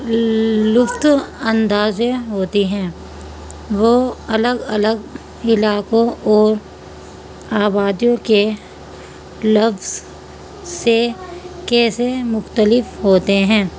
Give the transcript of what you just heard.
لطف اندوز ہوتی ہیں وہ الگ الگ علاقوں اور آبادیوں کے لفظ سے کیسے مختلف ہوتے ہیں